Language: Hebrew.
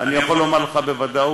אני יכול לומר לך בוודאות